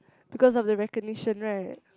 because of the recognition right